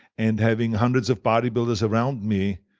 and having hundreds of body builders around me,